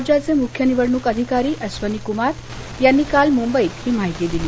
राज्याचे मुख्य निवडणूक अधिकारी अश्वनी कुमार यांनी काल मुंबईत ही माहिती दिली